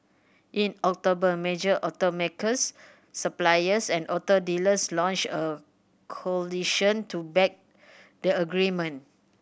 in October major automakers suppliers and auto dealers launched a coalition to back the agreement